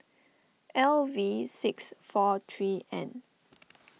L V six four three N